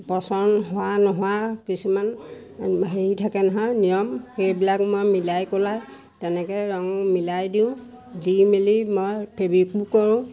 পচন্দ হোৱা নোহোৱা কিছুমান হেৰি থাকে নহয় নিয়ম সেইবিলাক মই মিলাই কোলাই তেনেকে ৰং মিলাই দিওঁ দি মেলি মই ফেব্ৰিকো কৰোঁ